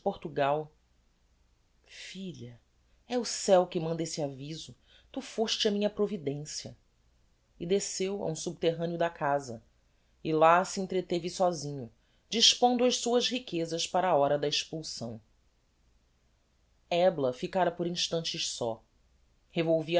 portugal filha é o céo que manda esse aviso tu foste a minha providencia e desceu a um subterraneo da casa e lá se entreteve sósinho dispondo as suas riquezas para a hora da expulsão ebla ficára por instantes só revolvia